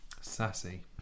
Sassy